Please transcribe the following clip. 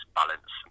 balance